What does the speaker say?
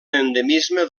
endemisme